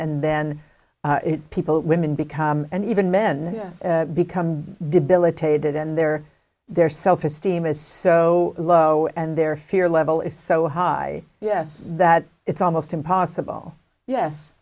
and then it people women become and even men become debilitated and their their self esteem is so low and their fear level is so high yes that it's almost impossible yes